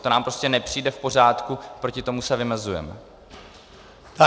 To nám prostě nepřijde v pořádku, proti tomu se vymezujeme.